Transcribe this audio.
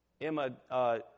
Emma